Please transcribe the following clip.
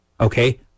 Okay